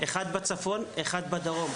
אחת בצפון ואחת בדרום.